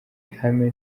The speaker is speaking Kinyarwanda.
ihame